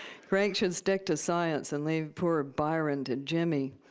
crake should stick to science and leave poor byron to jimmy.